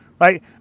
right